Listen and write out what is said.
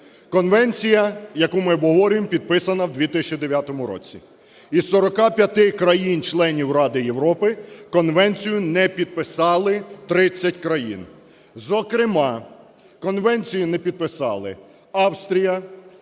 Конвенція, яку ми обговорюємо, підписана в 2009 році. Із 45 країн-членів Ради Європи конвенцію не підписали 30 країн. Зокрема конвенцію не підписали: Австрія,